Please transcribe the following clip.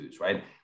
right